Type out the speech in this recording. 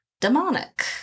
demonic